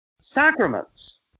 sacraments